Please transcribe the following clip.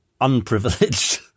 unprivileged